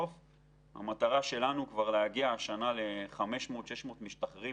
המטרה שלנו היא להגיע השנה ל-600-500 משתחררים